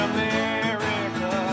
America